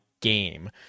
game